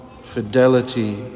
fidelity